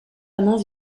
amand